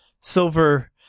silver